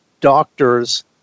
doctor's